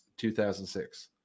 2006